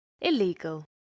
illegal